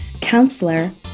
counselor